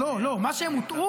לא, הם לא ידעו, הם הוטעו.